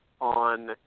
on